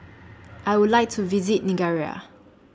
I Would like to visit Nigeria